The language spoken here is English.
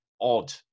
odd